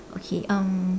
okay um